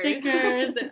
stickers